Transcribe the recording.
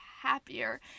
happier